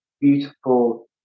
beautiful